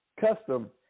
custom